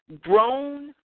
grown